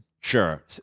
Sure